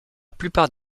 plupart